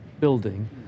building